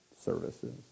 services